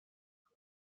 کنم